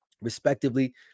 respectively